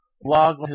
blog